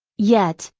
yet,